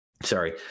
Sorry